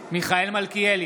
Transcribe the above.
מלכיאלי,